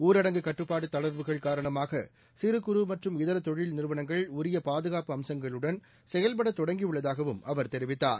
ஜரடங்கு கட்டுப்பாட்டு தளர்வுகள் காரணமாக சிறு குறு மற்றும் இதர தொழில் நிறுவனங்கள் உரிய பாதுகாப்பு அம்சங்களுடன் செயல்ட தொடங்கியுள்ளதாகவும் அவர் தெரிவித்தார்